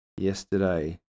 yesterday